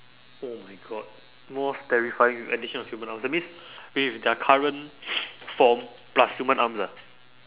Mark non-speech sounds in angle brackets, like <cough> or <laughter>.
oh my god most terrifying with addition of human arms that means with their current <noise> form plus human arms ah